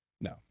No